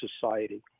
society